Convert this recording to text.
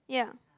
yeah